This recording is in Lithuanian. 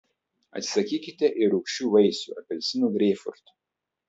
atsisakykite ir rūgčių vaisių apelsinų greipfrutų